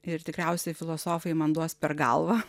ir tikriausiai filosofai man duos per galvą